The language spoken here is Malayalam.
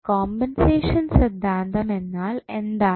കോമ്പൻസേഷൻ സിദ്ധാന്തം എന്നാൽ എന്താണ്